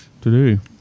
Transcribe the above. Today